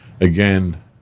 Again